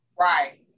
right